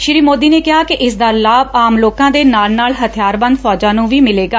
ਸ੍ਰੀ ਮੋਦੀ ਨੇ ਕਿਹਾ ਕਿ ਇਸਦਾ ਲਾਭ ਆਮ ਲੋਕਾਂ ਦੇ ਨਾਲ ਨਾਲ ਹਬਿਆਰਬੰਦ ਫੌਜਾਂ ਨੂੰ ਵੀ ਮਿਲੇਗਾ